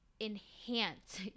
enhance